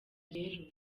rero